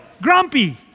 Grumpy